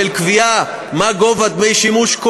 של קביעה מה גובה דמי שימוש,